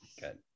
Good